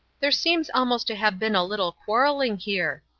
there seems almost to have been a little quarrelling here,